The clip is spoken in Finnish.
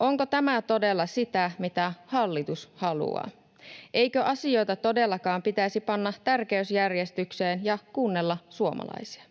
Onko tämä todella sitä, mitä hallitus haluaa? Eikö asioita todellakaan pitäisi panna tärkeysjärjestykseen ja kuunnella suomalaisia?